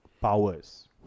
powers